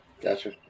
gotcha